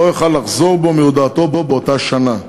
לא יוכל לחזור בו מהודעתו באותה שנה.